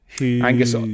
Angus